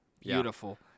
beautiful